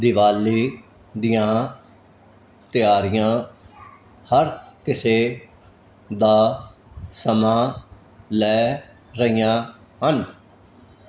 ਦੀਵਾਲੀ ਦੀਆਂ ਤਿਆਰੀਆਂ ਹਰ ਕਿਸੇ ਦਾ ਸਮਾਂ ਲੈ ਰਹੀਆਂ ਹਨ